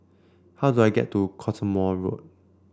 how do I get to Cottesmore Road